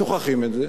שוכחים את זה,